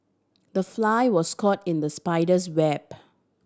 the fly was caught in the spider's web